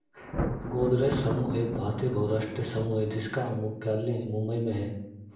गोदरेज समूह एक भारतीय बहुराष्ट्रीय समूह है जिसका मुख्यालय मुंबई में है